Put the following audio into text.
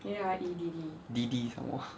D D some more